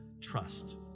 trust